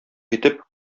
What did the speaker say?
итеп